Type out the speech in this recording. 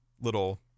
little